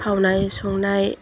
खावनाय संनाय